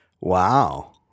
Wow